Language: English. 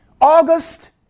August